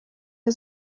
wir